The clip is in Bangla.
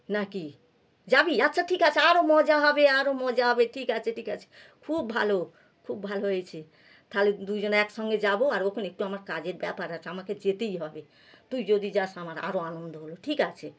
নাকি যাবি আচ্ছা ঠিক আছে আরো মজা হবে আরো মজা হবে ঠিক আছে ঠিক আছে খুব ভালো খুব ভালো হয়েছে তাহলে দুইজনে একসঙ্গে যাবো আর ওখানে একটু আমার কাজের ব্যাপার আছে আমাকে যেতেই হবে তুই যদি যাস আমার আরো আনন্দ হলো ঠিক আছে